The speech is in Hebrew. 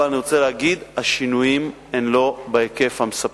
אבל אני רוצה להגיד, השינויים הם לא בהיקף המספק.